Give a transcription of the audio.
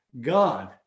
God